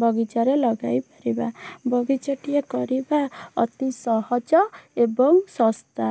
ବଗିଚାରେ ଲଗାଇ ପାରିବା ବଗିଚାଟିଏ କରିବା ଅତି ସହଜ ଏବଂ ଶସ୍ତା